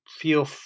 feel